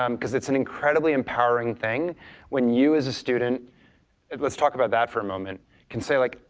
um because it's an incredibly empowering thing when you as a student let's talk about that for a moment can say like,